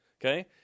okay